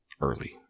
early